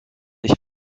ich